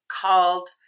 called